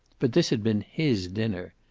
but this had been his dinner.